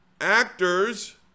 Actors